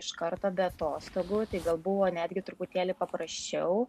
iš karto be atostogų tai gal buvo netgi truputėlį paprasčiau